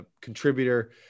contributor